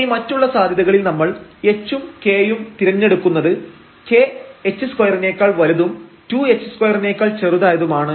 ഇനി മറ്റുള്ള സാധ്യതകളിൽ നമ്മൾ h ഉം k യും തിരഞ്ഞെടുക്കുന്നത് k h2 നേക്കാൾ വലുതും 2h2 നേക്കാൾ ചെറുതായതുമാണ്